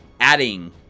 adding